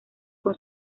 con